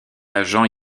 agents